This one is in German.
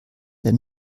der